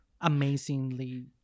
amazingly